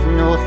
no